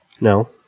No